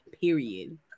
period